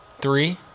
Three